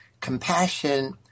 compassion